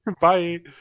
Bye